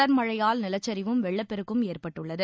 தொடர் மழையால் நிலச்சரிவும் வெள்ளப்பெருக்கும் ஏற்பட்டுள்ளது